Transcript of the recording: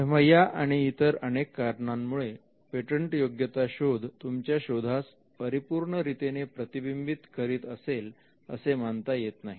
तेव्हा या आणि इतर अनेक कारणांमुळे पेटंटयोग्यता शोध तुमच्या शोधास परिपूर्ण रीतीने प्रतिबिंबीत करीत असेल असे मानता येत नाही